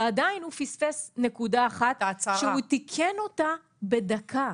ועדיין הוא פספס נקודה אחת שהוא תיקן אותה בדקה.